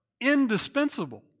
indispensable